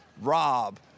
Rob